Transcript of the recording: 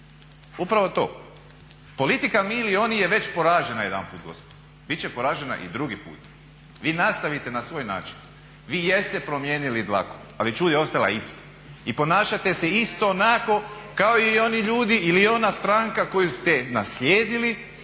Upravo to, politika mi ili oni je već poražena jedanput gospodo, bit će poražena i drugi put. Vi nastavite na svoj način, vi jeste promijenili dlaku ali ćud je ostala ista. I ponašate se isto onako kao i oni ljudi ili ona stranka koju ste naslijedili